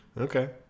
okay